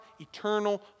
eternal